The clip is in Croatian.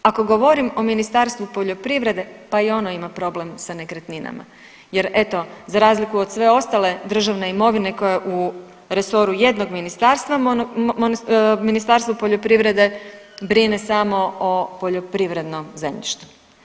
Ako govorim o Ministarstvu poljoprivrede, pa i ono ima problem sa nekretninama jer eto za razliku od sve ostale državne imovine koja je u resoru jednog ministarstva Ministarstvo poljoprivrede brine samo o poljoprivrednom zemljištu.